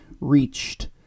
reached